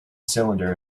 cylinder